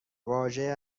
واژه